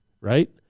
right